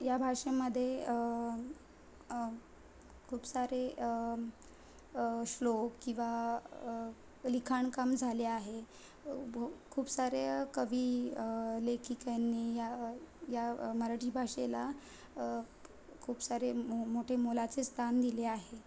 या भाषेमध्ये खूप सारे श्लोक किंवा लिखाणकाम झाले आहे खूप सारे कवी लेखिका यांनी या या मराठी भाषेला खूप सारे मो मोठे मोलाचे स्थान दिले आहे